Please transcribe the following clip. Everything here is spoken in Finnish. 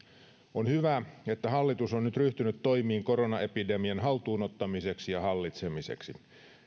on hyvä että hallitus on nyt ryhtynyt toimiin koronaepidemian haltuun ottamiseksi ja hallitsemiseksi